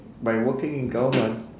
by working in government